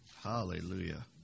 Hallelujah